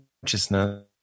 consciousness